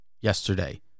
yesterday